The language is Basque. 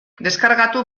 deskargatu